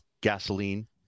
gasoline